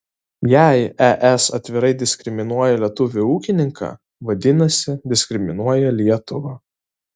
jei es atvirai diskriminuoja lietuvį ūkininką vadinasi diskriminuoja lietuvą